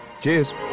Cheers